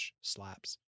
slaps